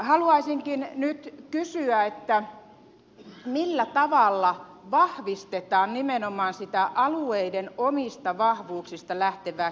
haluaisinkin nyt kysyä että millä tavalla vahvistetaan nimenomaan sitä alueiden omista vahvuuksista lähtevää kehittämistä